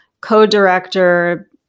co-director